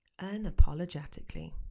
Unapologetically